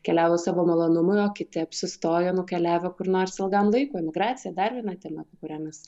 keliavo savo malonumui o kiti apsistojo nukeliavę kur nors ilgam laikui emigracija dar viena tema kuria mes